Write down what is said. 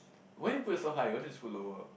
why you put it so high you why don't you just put lower